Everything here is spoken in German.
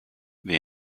wer